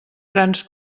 grans